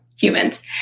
humans